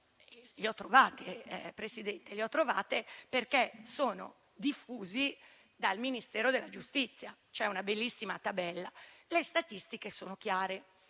li ho trovati, Presidente, perché sono diffusi dal Ministero della giustizia e c'è una bellissima tabella. Le statistiche sono chiare